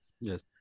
Yes